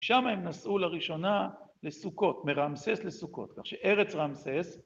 שם הם נסעו לראשונה לסוכות, מרמסס לסוכות, כך שארץ רמסס...